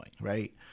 right